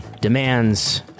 demands